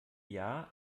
jahr